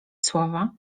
słowa